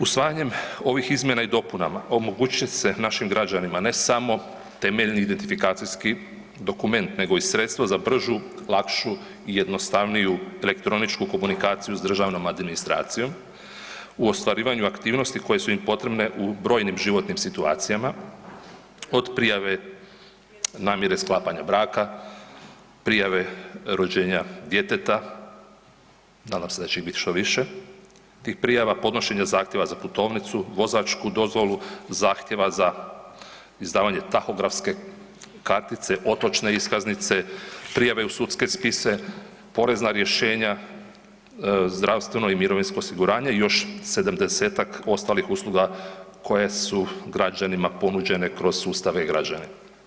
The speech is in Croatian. Usvajanjem ovih izmjena i dopunama omogućit će se našim građanima ne samo temeljni identifikacijski dokument nego i sredstvo za bržu, lakšu i jednostavniju elektroničku komunikaciju s državnom administracijom u ostvarivanju aktivnosti koje su im potrebne u brojnim životnim situacijama, od prijave namjere sklapanja braka, prijave rođenja djeteta, nadam se da će ih bit što više tih prijava, podnošenje zahtjeva za putovnicu, vozačku dozvolu, zahtjeva za izdavanje tahografske kartice, otočne iskaznice, prijave u sudske spise, porezna rješenja, zdravstveno i mirovinsko osiguranje i još 70-tak ostalih usluga koje su građanima ponuđene kroz sustav e-građani.